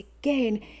again